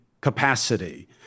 capacity